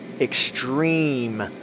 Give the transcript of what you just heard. extreme